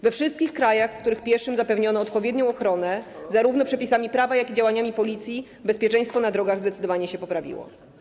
We wszystkich krajach, w których pieszym zapewniono odpowiednią ochronę przepisami prawa, jak i działaniami Policji, bezpieczeństwo na drogach zdecydowanie się poprawiło.